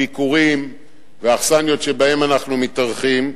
הביקורים והאכסניות שבהן אנחנו מתארחים,